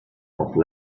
auch